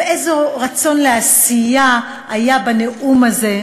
ואיזה רצון לעשייה היה בנאום הזה,